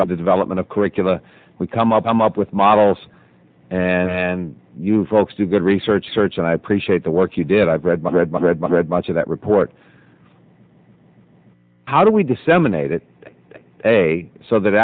developer development of curricula we come up i'm up with models and you folks do good research search and i appreciate the work you did i've read read read read much of that report how do we disseminate it say so that